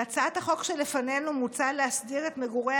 בהצעת החוק שלפנינו מוצע להסדיר את מגורי